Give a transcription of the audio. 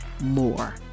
more